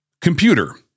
Computer